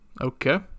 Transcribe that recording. okay